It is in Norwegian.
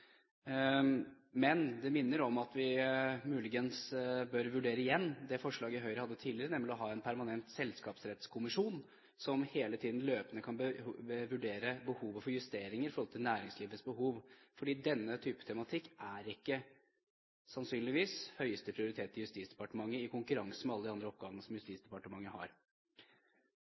Men det minner om at vi muligens bør vurdere igjen det forslaget Høyre hadde tidligere, nemlig om å ha en permanent selskapsrettskommisjon som hele tiden løpende kan vurdere behovet for justeringer i forhold til næringslivets behov, fordi denne type tematikk i konkurranse med alle de andre oppgavene som Justisdepartementet har,